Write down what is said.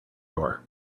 door